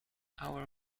our